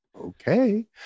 Okay